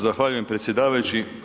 Zahvaljujem predsjedavajući.